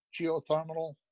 geothermal